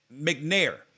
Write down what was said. McNair